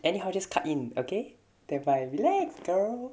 anyhow just cut in okay thereby relax girl